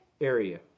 area